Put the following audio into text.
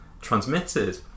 transmitted